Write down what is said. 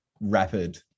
rapid